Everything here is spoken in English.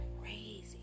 crazy